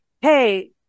Hey